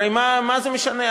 הרי מה זה משנה?